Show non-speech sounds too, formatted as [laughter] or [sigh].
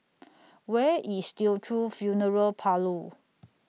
[noise] Where IS Teochew Funeral Parlour